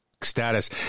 status